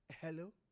Hello